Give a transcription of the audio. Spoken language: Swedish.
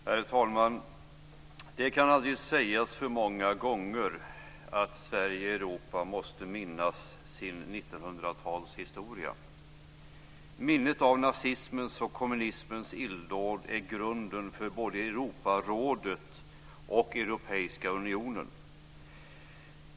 Herr talman! Det kan aldrig sägas för många gånger att Sverige och Europa måste minnas sin 1900-talshistoria. Minnet av nazismens och kommunismens illdåd är grunden för både Europarådet och Europeiska unionen.